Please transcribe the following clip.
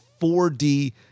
4D